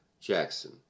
Jackson